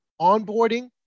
onboarding